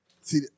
See